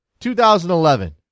2011